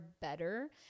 better